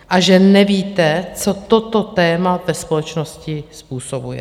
A že nevíte, co toto téma ve společnosti způsobuje.